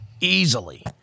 easily